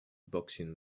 boxing